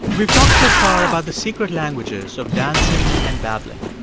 we've talked so far about the secret languages of dancing and babbling.